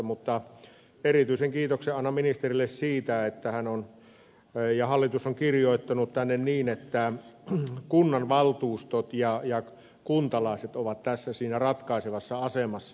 mutta erityisen kiitoksen annan ministerille siitä että hallitus on kirjoittanut tänne niin että kunnanvaltuustot ja kuntalaiset ovat tässä ratkaisevassa asemassa